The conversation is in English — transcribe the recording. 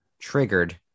triggered